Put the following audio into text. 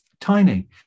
tiny